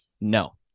No